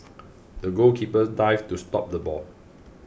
the goalkeeper dived to stop the ball